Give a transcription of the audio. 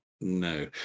no